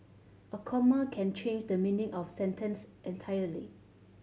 a comma can change the meaning of a sentence entirely